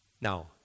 Now